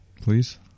please